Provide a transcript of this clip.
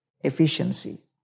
efficiency